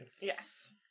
Yes